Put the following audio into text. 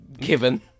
given